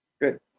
Good